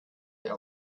her